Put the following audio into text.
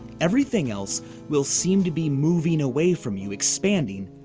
everything else will seem to be moving away from you, expanding,